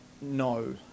No